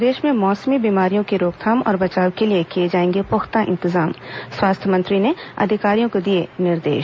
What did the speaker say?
प्रदेश में मौसमी बीमारियों की रोकथाम और बचाव के लिए किए जाएंगे पुख्ता इंतजाम स्वास्थ्य मंत्री ने अधिकारियों को दिए निर्देश